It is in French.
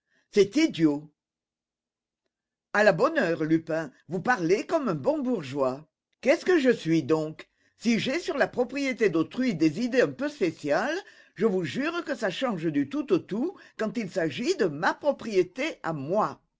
c'est idiot à la bonne heure lupin vous parlez comme un bon bourgeois qu'est-ce que je suis donc si j'ai sur la propriété d'autrui des idées un peu spéciales je vous jure que ça change du tout au tout quand il s'agit de ma propriété à moi